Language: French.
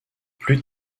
plus